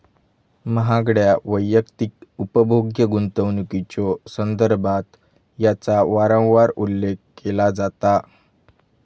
महागड्या वैयक्तिक उपभोग्य गुंतवणुकीच्यो संदर्भात याचा वारंवार उल्लेख केला जाता